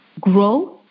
grow